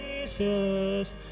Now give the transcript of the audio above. Jesus